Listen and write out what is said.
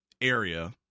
area